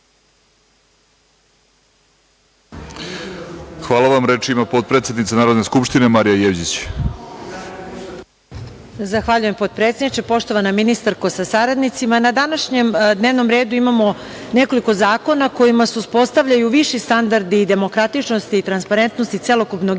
Hvala vam. Reč ima potpredsednica Narodne skupštine Marija Jevđić. **Marija Jevđić** Zahvaljujem, potpredsedniče. Poštovana ministarko sa saradnicima, na današnjem dnevnom redu imamo nekoliko zakona kojima se uspostavljaju viši standardi demokratičnosti i transparentnosti celokupnog